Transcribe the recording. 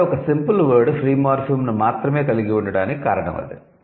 కాబట్టి ఒక 'simple word' free మార్ఫిమ్ను మాత్రమే కలిగి ఉండటానికి కారణం అదే